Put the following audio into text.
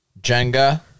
Jenga